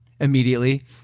Immediately